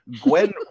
Gwen